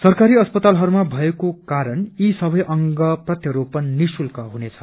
सरकारी अस्पतालहरूमा भएको कारण यी सबै अंग प्रत्यारोपण निःशुल्क हुनेछ